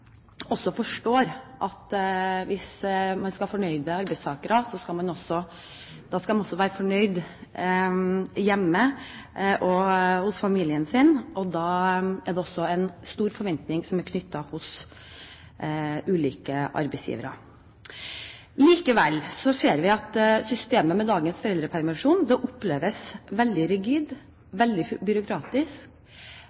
også være fornøyde hjemme hos familien sin. Det er stor forventning knyttet til ulike arbeidsgivere. Likevel ser vi at systemet med dagens foreldrepermisjon oppleves veldig rigid,